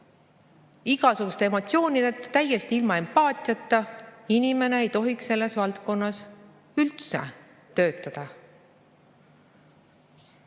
igasuguste emotsioonideta, täiesti ilma empaatiata inimene ei tohiks selles valdkonnas üldse töötada.